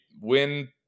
win